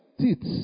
teeth